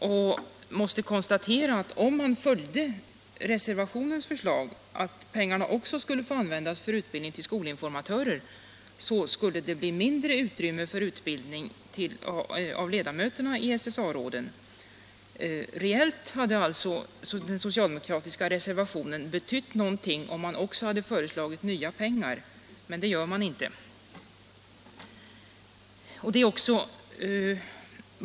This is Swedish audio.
Om man följer reservationens förslag att pengarna skall få användas också för utbildning av skolinformatörer, skulle det emellertid bli mindre utrymme för utbildning av ledamöterna i SSA råden. Den socialdemokratiska reservationen hade alltså reellt betytt någonting, om man också hade föreslagit nya pengar. Men det gör man inte.